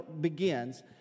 begins